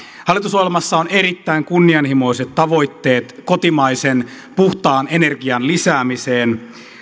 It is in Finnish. hallitusohjelmassa on erittäin kunnianhimoiset tavoitteet kotimaisen puhtaan energian lisäämiseen